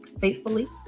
faithfully